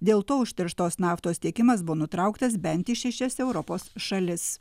dėl to užterštos naftos tiekimas buvo nutrauktas bent į šešias europos šalis